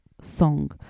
song